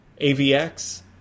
AVX